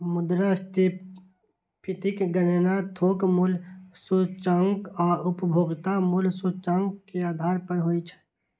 मुद्रास्फीतिक गणना थोक मूल्य सूचकांक आ उपभोक्ता मूल्य सूचकांक के आधार पर होइ छै